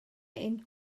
ein